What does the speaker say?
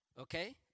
Okay